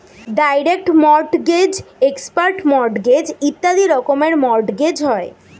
direct mortgage, expert mortgage ইত্যাদি রকমের mortgage হয়